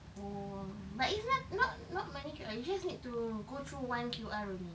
oh but it's not not not many Q_R you just need to go through one Q_R only